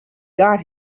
got